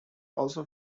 also